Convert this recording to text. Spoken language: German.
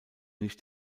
nicht